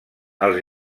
els